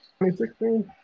2016